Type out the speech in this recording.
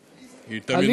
היא תמיד מפריעה.